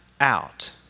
out